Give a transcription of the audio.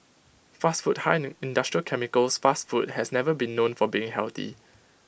fast food high in industrial chemicals fast food has never been known for being healthy